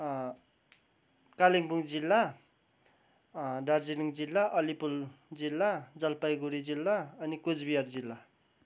कालिम्पोङ जिल्ला दार्जिलिङ जिल्ला अलिपुर जिल्ला जलपाइगढी जिल्ला अनि कुचबिहार जिल्ला